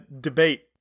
debate